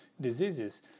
Diseases